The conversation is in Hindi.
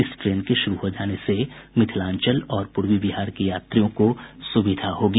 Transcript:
इस ट्रेन के शुरू हो जाने से मिथिलांचल और पूर्वी बिहार के यात्रियों को सुविधा होगी